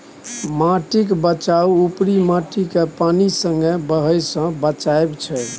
माटिक बचाउ उपरी माटिकेँ पानि संगे बहय सँ बचाएब छै